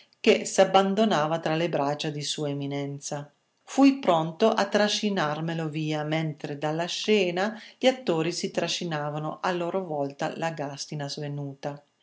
che s'abbandonava tra le braccia di sua eminenza fui pronto a trascinarmelo via mentre dalla scena gli attori si trascinavano a loro volta la gàstina svenuta